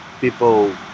people